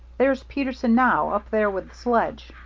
there's peterson, now up there with the sledge.